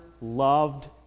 loved